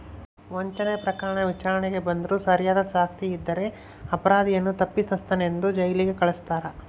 ವಂಚನೆ ಪ್ರಕರಣ ವಿಚಾರಣೆಗೆ ಬಂದ್ರೂ ಸರಿಯಾದ ಸಾಕ್ಷಿ ಇದ್ದರೆ ಅಪರಾಧಿಯನ್ನು ತಪ್ಪಿತಸ್ಥನೆಂದು ಜೈಲಿಗೆ ಕಳಸ್ತಾರ